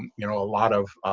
you know, a lot of